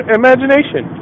imagination